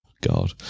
God